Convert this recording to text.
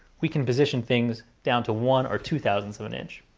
we can position things down to one or two thousandths of an inch.